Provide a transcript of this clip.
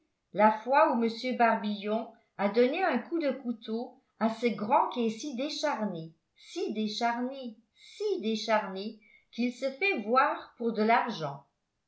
la fois où m barbillon a donné un coup de couteau à ce grand qui est si décharné si décharné si décharné qu'il se fait voir pour de l'argent